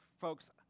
folks